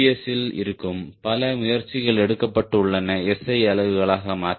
S இல் இருக்கும் பல முயற்சிகள் எடுக்கப்பட்டு உள்ளன SI அலகுகளாக மாற்ற